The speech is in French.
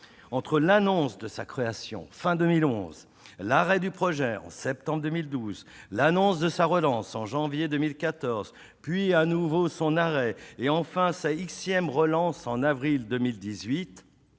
Entre l'annonce de sa création, fin 2011, l'arrêt du projet, en septembre 2012, l'annonce de sa relance, en janvier 2014, puis son nouvel arrêt, et enfin sa énième relance, en avril 2018,